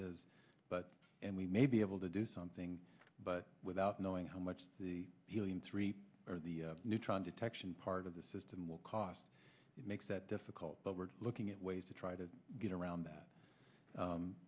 is but and we may be able to do something but without knowing how much the helium three or the neutron detection part of the system will cost it makes that difficult but we're looking at ways to try to get around that